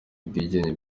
ubwigenge